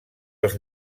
els